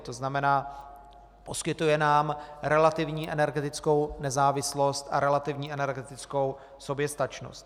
To znamená, poskytuje nám relativní energetickou nezávislost a relativní energetickou soběstačnost.